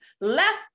left